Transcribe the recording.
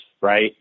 Right